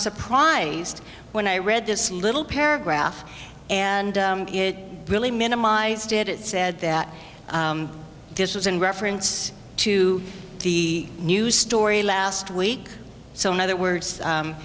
surprised when i read this little paragraph and it really minimized it said that this was in reference to the news story last week so in other words